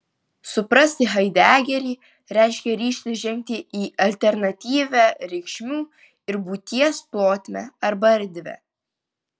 suprasti haidegerį reiškia ryžtis žengti į alternatyvią reikšmių ir būties plotmę arba erdvę